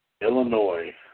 Illinois